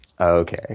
Okay